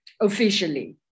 officially